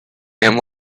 and